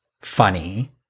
funny